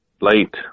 late